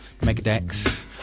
Megadex